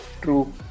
true